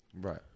right